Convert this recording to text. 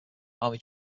army